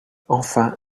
enfin